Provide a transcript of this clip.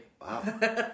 Wow